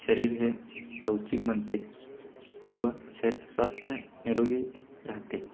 शरीर हे लवचिक बनते व श स्वास्थ्य निरोगी राहते